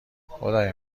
خدای